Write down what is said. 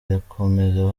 irakomeza